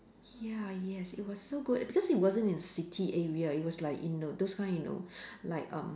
ya yes it was so good because it wasn't in city area it was like in the those kind you know like um